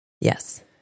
Yes